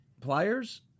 Pliers